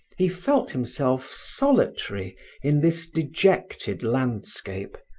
he felt himself solitary in this dejected landscape,